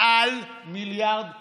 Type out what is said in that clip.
מעל מיליארד שקלים.